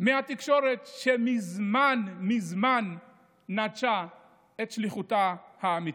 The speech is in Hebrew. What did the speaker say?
מהתקשורת, שמזמן מזמן נטשה את שליחותה האמיתית.